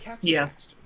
Yes